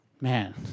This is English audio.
man